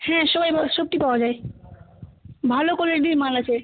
হ্যাঁ সবাই বল সবটা পাওয়া যায় ভালো কোয়ালিটির মাল আছে